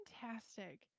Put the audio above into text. fantastic